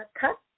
cut